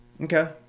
Okay